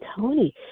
Tony